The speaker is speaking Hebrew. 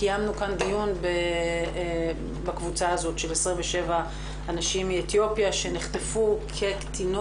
קיימנו כאן דיון בקבוצה הזאת של 27 הנשים מאתיופיה שנחטפו כקטינות,